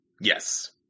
Yes